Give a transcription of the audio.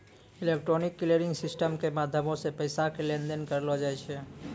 electronic clearing system के माध्यमो से पैसा के लेन देन करलो जाय छै